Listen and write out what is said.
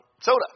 soda